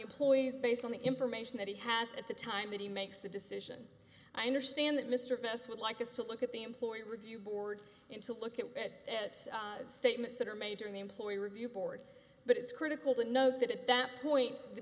employees based on the information that he has at the time that he makes the decision i understand that mr best would like us to look at the employee review board and to look at that statements that are made during the employee review board but it's critical to know that at that point the